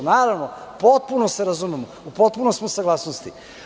Naravno, potpuno se razumem, u potpunoj smo saglasnosti.